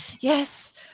Yes